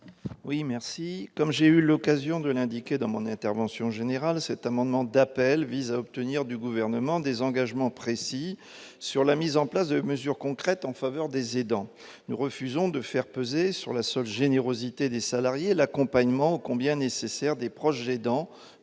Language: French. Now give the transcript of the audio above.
Watrin. Comme je l'ai indiqué lors de la discussion générale, cet amendement d'appel vise à obtenir du Gouvernement des engagements précis sur la mise en place de mesures concrètes en faveur des aidants. Nous refusons de faire reposer sur la seule générosité des salariés l'accompagnement, ô combien nécessaire, des proches aidants